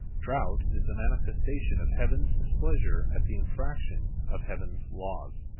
drought is the manifestation of heaven's displeasure at the infraction of heaven's laws.